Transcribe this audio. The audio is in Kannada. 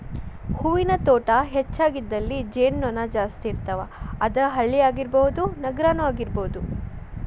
ಹೂವಿನ ತೋಟಾ ಹೆಚಗಿ ಇದ್ದಲ್ಲಿ ಜೇನು ನೊಣಾ ಜಾಸ್ತಿ ಇರ್ತಾವ, ಅದ ಹಳ್ಳಿ ಆಗಿರಬಹುದ ನಗರಾನು ಆಗಿರಬಹುದು